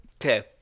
okay